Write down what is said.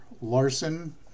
Larson